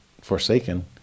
forsaken